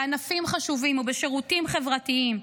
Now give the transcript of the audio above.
בענפים חשובים ובשירותים חברתיים,